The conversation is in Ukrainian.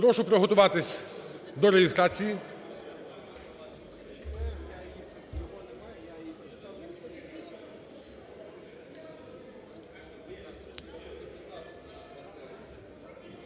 прошу приготуватись до реєстрації.